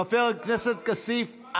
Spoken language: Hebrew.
חבר הכנסת כסיף,